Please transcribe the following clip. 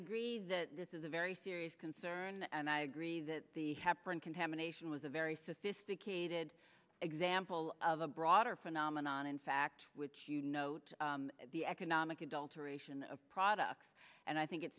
agree that this is a very serious concern and i agree that the hepburn contamination was a very sophisticated example of a broader phenomenon in fact which you note the economic adulteration of products and i think it